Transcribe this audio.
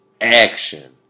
Action